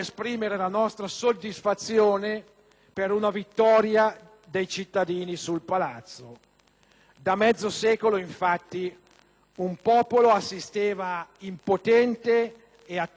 Da mezzo secolo, infatti, un popolo assisteva impotente e attonito a quelle che venivano definite alchimie delle segreterie di partito.